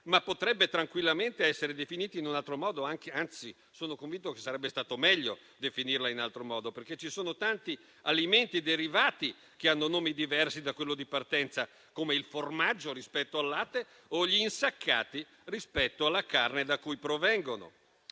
ma potrebbe tranquillamente essere definita in un altro modo. Anzi, sono convinto che sarebbe stato meglio definirla in altro modo, perché ci sono tanti alimenti derivati che hanno nomi diversi da quello di partenza, come il formaggio rispetto al latte o gli insaccati rispetto alla carne da cui provengono.